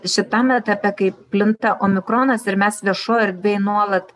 šitam etape kaip plinta omikronas ir mes viešoj erdvėj nuolat